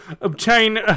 obtain